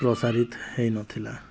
ପ୍ରସାରିତ ହେଇନଥିଲା